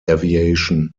aviation